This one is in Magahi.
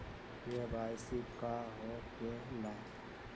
के.वाई.सी का हो के ला?